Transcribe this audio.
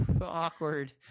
awkward